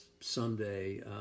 Sunday